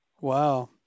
Wow